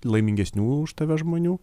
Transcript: laimingesnių už tave žmonių